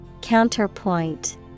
Counterpoint